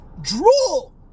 drool